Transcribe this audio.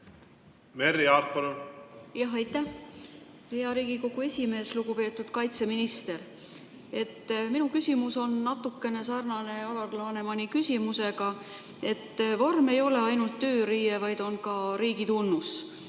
Merry Aart, palun! Aitäh, hea Riigikogu esimees! Lugupeetud kaitseminister! Minu küsimus on natuke sarnane Alar Lanemani küsimusega. Vorm ei ole ainult tööriie, see on ka riigi tunnus.